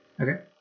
Okay